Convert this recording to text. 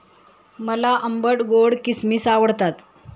मला आंबट गोड किसमिस आवडतात